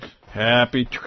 happy